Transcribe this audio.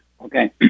Okay